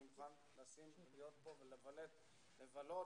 אני מוכן להיות כאן ולבלות